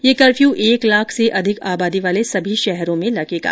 यह कफ्यूर् एक लाख से अधिक आबादी वाले सभी शहरों में लगेगा